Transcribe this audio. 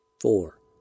four